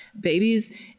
babies